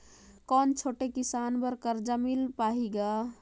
कौन छोटे किसान बर कर्जा मिल पाही ग?